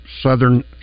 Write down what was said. Southern